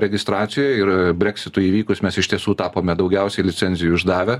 registracijoj ir brexitui įvykus mes iš tiesų tapome daugiausiai licenzijų išdavę